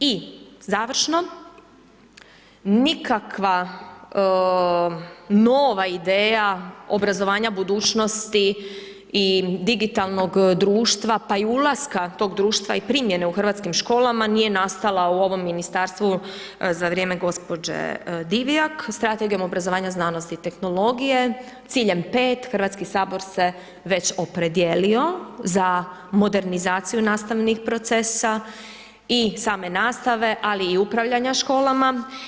I završno, nikakva nova ideja obrazovanja budućnosti i digitalnog društva pa i ulaska tog društva i primjene u hrvatskim školama nije nastao u ovom ministarstvu za vrijeme gospođe Divjak, Strategijom obrazovanja, znanosti i tehnologije, ciljem 5. HS se već opredijelio za modernizaciju nastavnih procesa i same nastave, ali i upravljanja školama.